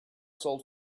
sold